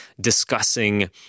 discussing